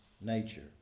nature